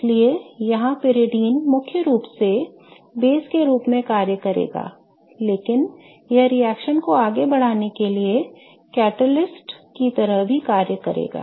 इसलिए यहाँ pyridine मुख्य रूप से बेस के रूप में कार्य करेगा लेकिन यह रिएक्शन को आगे बढ़ाने के लिए कैटालिस्ट की तरह भी कार्य करेगा